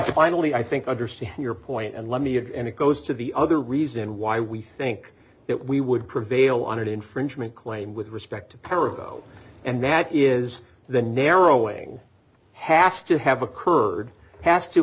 finally i think understand your point and let me add and it goes to the other reason why we think that we would prevail on an infringement claim with respect to para go and that is the narrowing has to have occurred has to